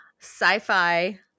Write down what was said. sci-fi